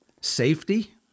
safety